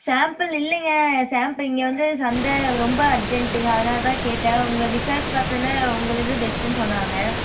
sample இல்லைங்க சாம்பு இங்கே வந்து சந்தை ரொம்ப அர்ஜென்ட்டுங்க அதனால தான் கேட்டேன் உங்களை விசாரிச்சு பார்த்ததுல உங்களுது பெஸ்ட்டுன்னு சொன்னாங்க